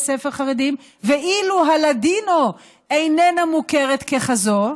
ספר חרדיים ואילו הלדינו איננה מוכרת ככזאת?